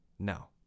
No